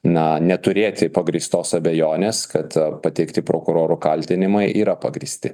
na neturėti pagrįstos abejonės kad pateikti prokurorų kaltinimai yra pagrįsti